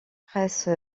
presse